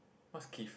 what's Keith